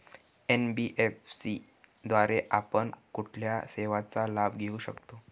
NBFC द्वारे आपण कुठल्या सेवांचा लाभ घेऊ शकतो?